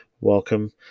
Welcome